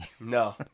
No